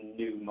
new